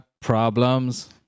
problems